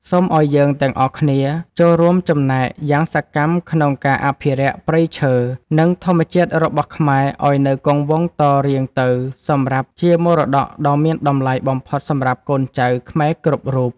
សូមឱ្យយើងទាំងអស់គ្នាចូលរួមចំណែកយ៉ាងសកម្មក្នុងការអភិរក្សព្រៃឈើ និង ធម្មជាតិរបស់ខ្មែរឱ្យនៅគង់វង្សតរៀងទៅសម្រាប់ជាមរតកដ៏មានតម្លៃបំផុតសម្រាប់កូនចៅខ្មែរគ្រប់រូប។